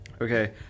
okay